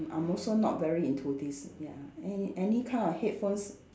I'm also not very into this ya any any kind of headphones